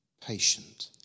patient